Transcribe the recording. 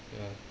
ya